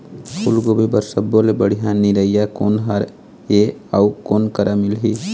फूलगोभी बर सब्बो ले बढ़िया निरैया कोन हर ये अउ कोन करा मिलही?